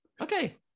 Okay